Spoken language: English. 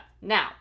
Now